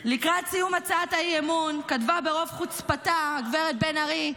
לקראת סיום הצעת האי-אמון כתבה ברוב חוצפתה הגב' בן ארי,